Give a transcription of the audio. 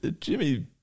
Jimmy